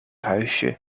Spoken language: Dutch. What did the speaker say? huisje